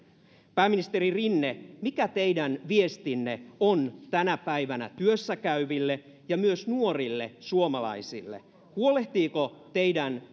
pääministeri rinne mikä teidän viestinne on tänä päivänä työssä käyville ja myös nuorille suomalaisille huolehtiiko teidän